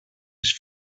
τις